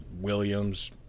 Williams